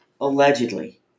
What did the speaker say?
Allegedly